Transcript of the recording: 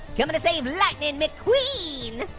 comin' to save lightning mcqueen!